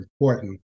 important